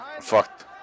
Fucked